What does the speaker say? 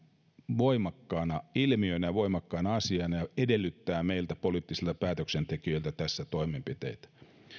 voimakkaana ilmiönä ja voimakkaana asiana ja edellyttää meiltä poliittisilta päätöksentekijöiltä tässä toimenpiteitä